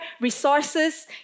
resources